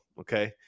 Okay